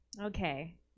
Okay